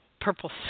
purple